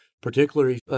particularly